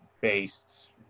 based